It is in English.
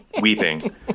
weeping